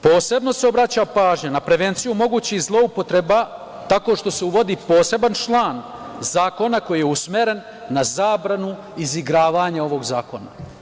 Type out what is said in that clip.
Posebno se obraća pažnja na prevenciju mogućih zloupotreba tako što se uvodi poseban član zakona koji je usmeren na zabranu izigravanja ovog zakona.